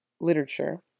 literature